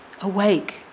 Awake